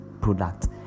product